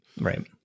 Right